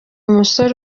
musore